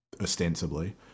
ostensibly